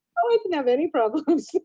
i didn't have any problems.